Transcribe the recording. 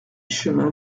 chemin